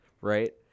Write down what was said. Right